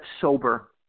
sober